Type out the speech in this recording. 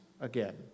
again